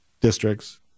districts